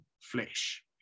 flesh